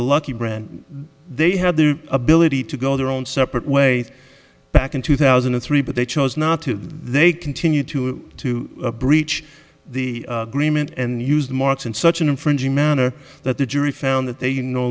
the lucky brand they had the ability to go their own separate way back in two thousand and three but they chose not to they continue to to breach the greenman and use the marks in such an infringing manner that the jury found that they